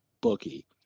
bookie